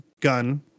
gun